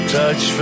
touch